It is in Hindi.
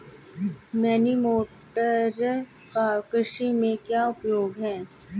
एनीमोमीटर का कृषि में क्या उपयोग है?